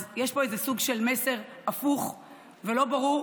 אז יש פה סוג של מסר הפוך ולא ברור.